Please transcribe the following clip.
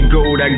Gold